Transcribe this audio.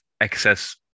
excess